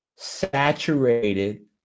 Saturated